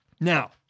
Now